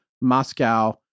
Moscow